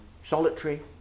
solitary